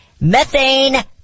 Methane